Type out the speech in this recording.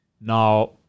Now